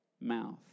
mouth